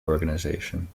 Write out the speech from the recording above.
organization